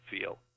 feel